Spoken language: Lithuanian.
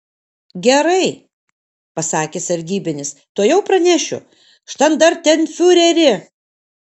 gerai pasakė sargybinis tuojau pranešiu štandartenfiureri